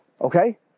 Okay